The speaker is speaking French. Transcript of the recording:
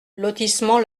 lotissement